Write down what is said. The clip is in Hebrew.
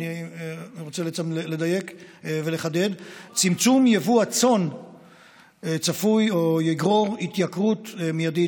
אני רוצה לדייק ולחדד: צמצום יבוא הצאן יגרור התייקרות מיידית,